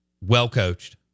well-coached